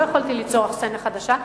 לא יכולתי ליצור אכסניה חדשה,